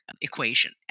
equation